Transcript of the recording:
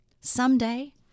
someday